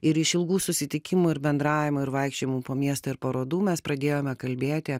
ir iš ilgų susitikimų ir bendravimo ir vaikščiojimų po miestą ir parodų mes pradėjome kalbėti